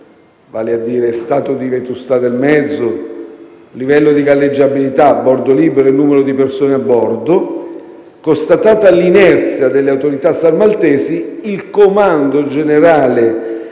(vale a dire stato di vetustà del mezzo, livello di galleggiabilità a bordo libero e numero di persone a bordo), constatata l'inerzia delle autorità SAR maltesi, il nostro Comando generale